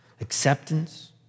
acceptance